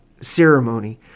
ceremony